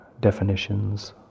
definitions